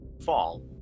Fall